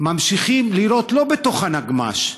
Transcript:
ממשיכים לירות לא בתוך הנגמ"ש,